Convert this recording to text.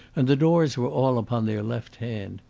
and the doors were all upon their left hand.